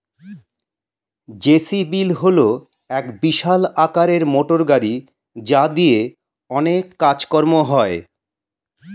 JCB হল এক বিশাল আকারের মোটরগাড়ি যা দিয়ে অনেক কাজ কর্ম হয়